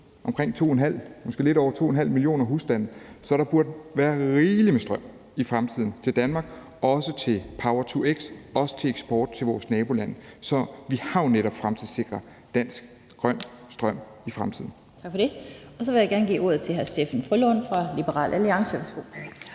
over 2,5 millioner husstande, så der burde være rigeligt med strøm i fremtiden til Danmark, også til power-to-x og til eksport til vores nabolande. Så vi har jo netop fremtidssikret dansk grøn strøm. Kl. 10:47 Den fg. formand (Annette Lind): Tak for det. Så vil jeg gerne give ordet til hr. Steffen W. Frølund fra Liberal Alliance.